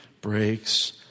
breaks